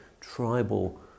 tribal